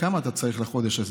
כמה אתה צריך לחודש הזה?